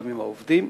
גם עם העובדים.